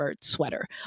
sweater